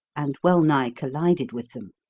and well-nigh collided with them.